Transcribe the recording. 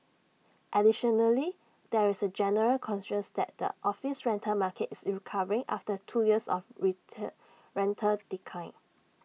additionally there is A general consensus that the office rental market is recovering after two years of rental decline